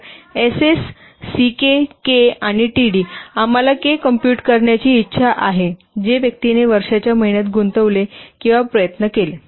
तर Ss CkK आणि td आम्हाला K कॉम्पूट करण्याचीची इच्छा आहे जे व्यक्तीने वर्षांच्या महिन्यात गुंतवले किंवा प्रयत्न केले